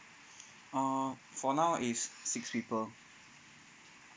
uh for now is six people